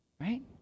right